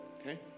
Okay